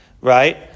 right